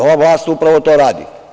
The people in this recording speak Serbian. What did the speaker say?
Ova vlast upravo to radi.